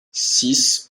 six